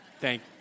Thank